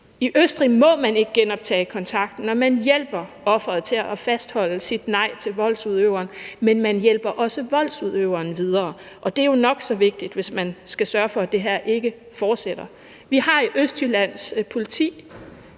I Østrig må kontakten ikke genoptages, og man hjælper offeret til at fastholde sit nej til voldsudøveren, men man hjælper også voldsudøveren videre, og det er jo nok så vigtigt, hvis man skal sørge for, at det her ikke fortsætter. I Østjyllands Politi